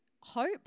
hope